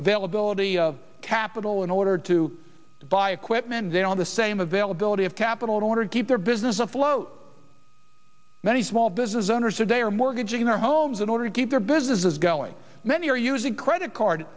availability of capital in order to buy equipment they are on the same availability of capital in order to keep their business afloat many small business owners today are mortgaging their homes in order to keep their businesses going many are using credit card